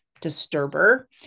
disturber